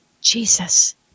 Jesus